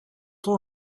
ton